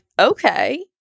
okay